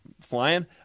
flying